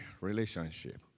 relationship